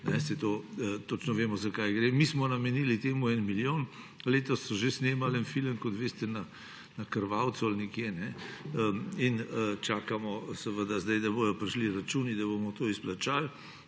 Točno vemo, za kaj gre. Mi smo namenili temu en milijon, letos so že snemali en film, kot veste na Krvavcu ali nekje, in čakamo seveda zdaj, da bodo prišli računi, da bomo to izplačali.